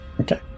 okay